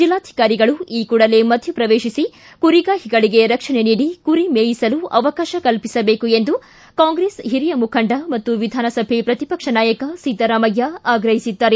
ಜಿಲ್ಲಾಧಿಕಾರಿಗಳು ಈ ಕೂಡಲೇ ಮಧ್ಯಪ್ರವೇತಿಸಿ ಕುರಿಗಾಹಿಗಳಿಗೆ ರಕ್ಷಣೆ ನೀಡಿ ಕುರಿ ಮೇಯಿಸಲು ಅವಕಾಶ ಕಲ್ಪಿಸಬೇಕು ಎಂದು ಕಾಂಗ್ರೆಸ್ ಹಿರಿಯ ಮುಖಂಡ ಮತ್ತು ವಿಧಾನಸಭೆ ಪ್ರತಿಪಕ್ಷ ನಾಯಕ ಸಿದ್ದರಾಮಯ್ಯ ಆಗ್ರಹಿಸಿದ್ದಾರೆ